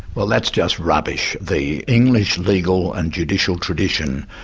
well that's just rubbish. the english legal and judicial tradition,